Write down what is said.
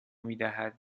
میدهد